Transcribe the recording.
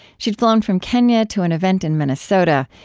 she'd flown from kenya to an event in minnesota,